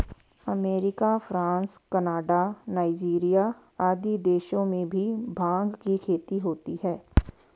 America, France, Canada, Nigeria आदि देशों में भी भाँग की खेती होती है